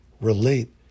relate